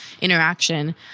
interaction